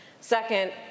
Second